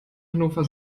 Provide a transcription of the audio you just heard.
hannover